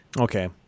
Okay